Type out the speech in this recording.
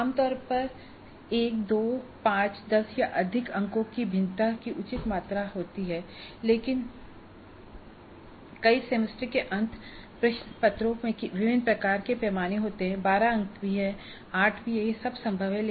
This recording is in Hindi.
आम तौर पर १ २ ५ १० या अधिक अंकों की भिन्नता की उचित मात्रा होती है लेकिन कई सेमेस्टर के अंत प्रश्न पत्रों में विभिन्न प्रकार के पैमाने होते हैं 12 अंक भी 8 अंक ये सब संभव है